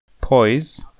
Poise